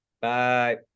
Bye